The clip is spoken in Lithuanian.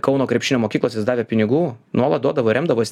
kauno krepšinio mokyklos jis davė pinigų nuolat duodavo remdavo